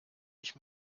ich